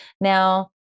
Now